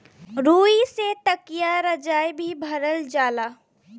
रुई से तकिया रजाई भी भरल जाला